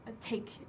Take